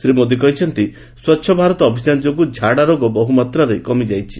ଶ୍ରୀ ମୋଦି କହିଛନ୍ତି ସ୍ୱଚ୍ଛ ଭାରତ ଅଭିଯାନ ଯୋଗୁଁ ଝାଡ଼ାରୋଗ ବହୁମାତ୍ରାରେ କମିଯାଇଛି